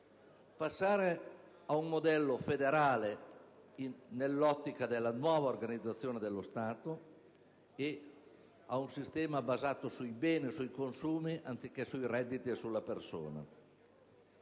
dirette) ad un modello federale, nell'ottica della nuova organizzazione dello Stato, e ad un sistema basato sui beni e sui consumi, anziché sui redditi e sulla persona.